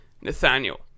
Nathaniel